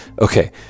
Okay